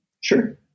Sure